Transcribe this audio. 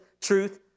truth